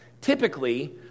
typically